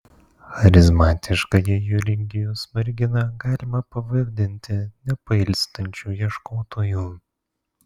charizmatiškąjį jurijų smoriginą galima pavadinti nepailstančiu ieškotoju